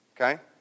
Okay